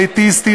אליטיסטית,